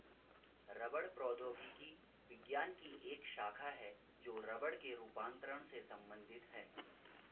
रबड़ प्रौद्योगिकी विज्ञान की एक शाखा है जो रबड़ के रूपांतरण से संबंधित है